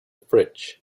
fridge